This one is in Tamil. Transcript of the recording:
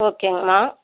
ஓகேங்கம்மா